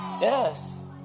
yes